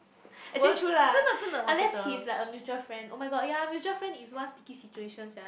actually true lah unless he is like a mutual friend oh-my-god ya mutual friend is one sticky situation sia